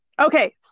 Okay